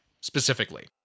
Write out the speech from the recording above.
specifically